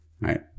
right